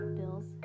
bills